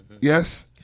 Yes